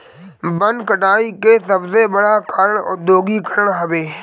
वन कटाई के सबसे बड़ कारण औद्योगीकरण हवे